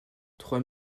trois